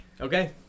Okay